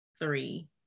three